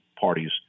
parties